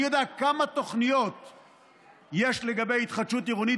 אני יודע כמה תוכניות יש לגבי התחדשות עירונית